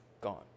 gone